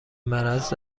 مرض